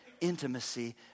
intimacy